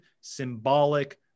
symbolic